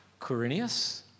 Quirinius